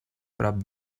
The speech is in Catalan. prop